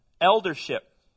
eldership